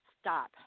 stop